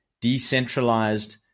decentralized